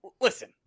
listen